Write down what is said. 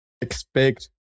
expect